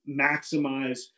maximize